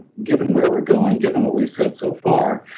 given where we're going, given what we've said so far,